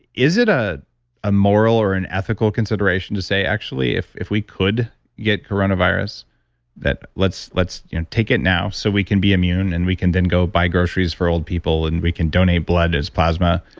is it a ah moral or an ethical consideration to say, actually, if if we could get coronavirus that let's let's you know take it now so we can be immune and we can then go buy groceries for old people and we can donate blood as plasma.